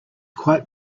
quite